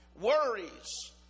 worries